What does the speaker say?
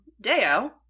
Deo